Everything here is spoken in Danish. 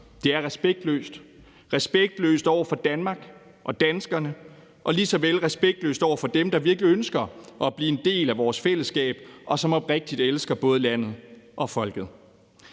Det er respektløst – respektløst over for Danmark og danskerne og lige så vel respektløst over for dem, der virkelig ønsker at blive en del af vores fællesskab, og som oprigtigt elsker både landet og folket.